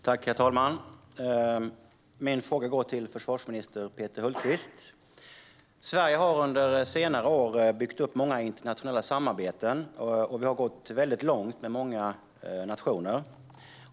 Herr talman! Min fråga går till försvarsminister Peter Hultqvist. Sverige har under senare år byggt upp många internationella samarbeten, och vi har gått väldigt långt med många nationer.